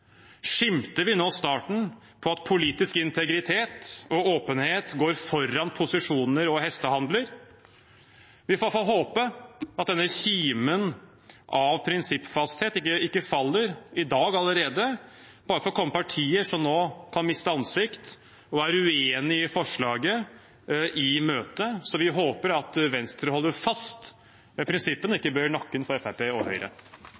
vi nå starten på at politisk integritet og åpenhet går foran posisjoner og hestehandler? Vi får i hvert fall håpe at denne kimen av prinsippfasthet ikke faller allerede i dag, bare for å komme partier som nå kan miste ansikt, og som er uenige i forslaget, i møte. Så vi håper at Venstre holder fast ved prinsippene og ikke bøyer nakken for Fremskrittspartiet og Høyre.